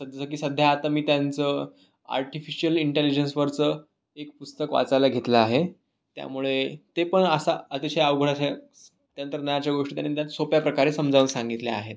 जसं की सध्या आता मी त्यांचं आर्टीफिशीयल इंटेलीजंसवरचं एक पुस्तक वाचायला घेतलं आहे त्यामुळे ते पण असा अतिशय अवघड अशा तंत्रज्ञानाच्या गोष्टी त्यांनी त्यात सोप्या प्रकारे समजावून सांगितल्या आहेत